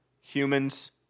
humans